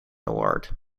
award